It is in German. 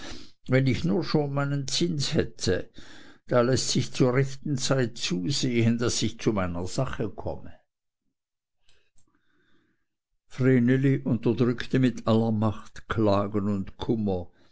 wenn ich nur schon meinen zins hätte da läßt sich zur rechten zeit zusehen daß ich zu meiner sache komme vreneli unterdrückte mit aller macht klagen und kummer